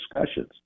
discussions